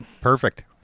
Perfect